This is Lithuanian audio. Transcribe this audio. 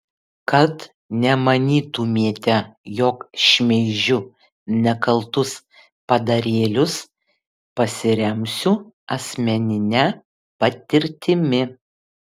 kad nemanytumėte jog šmeižiu nekaltus padarėlius pasiremsiu asmenine patirtimi